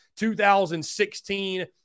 2016